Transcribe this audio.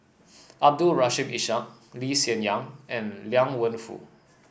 Abdul Rahim Ishak Lee Hsien Yang and Liang Wenfu